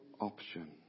option